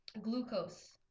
glucose